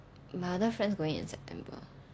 my other friends going in september